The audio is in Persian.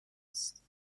است